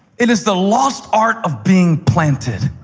it is the lost art of being planted.